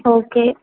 okay